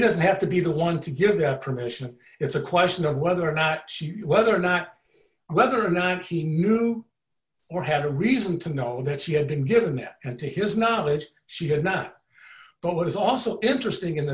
doesn't have to be the one to give them permission it's a question of whether or not she whether or not whether or not he knew or had a reason to know that she had been given it and to his not that she had not but what is also interesting in the